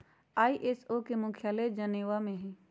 ISO के मुख्यालय Geneva में हइ